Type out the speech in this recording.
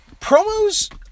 promos